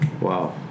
Wow